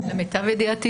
למיטב ידיעתי,